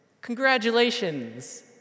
congratulations